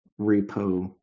repo